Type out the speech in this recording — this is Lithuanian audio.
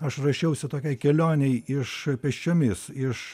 aš ruošiausi tokiai kelionei iš pėsčiomis iš